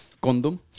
Condom